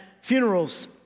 funerals